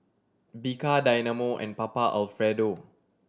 Bika Dynamo and Papa Alfredo